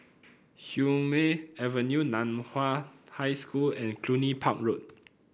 Hume Avenue Nan Hua High School and Cluny Park Road